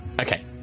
Okay